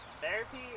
therapy